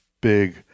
big